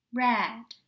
red